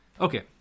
Okay